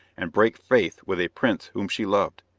and break faith with a prince whom she loved.